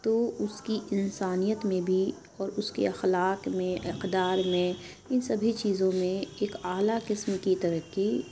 تو اُس کی انسانیت میں بھی اور اُس کے اخلاق میں اقدار میں اِن سبھی چیزوں میں ایک اعلیٰ قسم کی ترقی